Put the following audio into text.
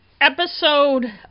Episode